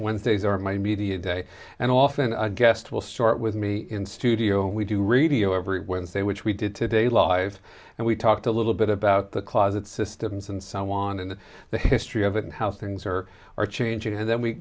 wednesdays are my media day and often a guest will start with me in studio and we do radio every wednesday which we did today live and we talked a little bit about the closet systems and so on and the history of it and how things are are changing and then we